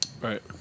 Right